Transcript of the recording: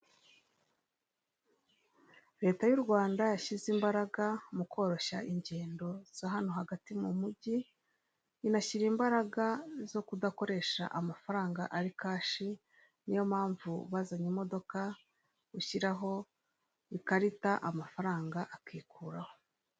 Leta y'urwanda yashyize imbaraga mukoroshya ingendo za hano hagati mumugi inashyira imbaraga zo kudakoresha amafaranga Ari kashi niyo mpamvu bazanye imodoka ushyiraho ikarita amafaranga akikuraho.